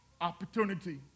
opportunity